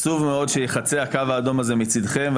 עצוב מאוד שייחצה הקו האדום הזה מצדכם,